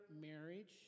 marriage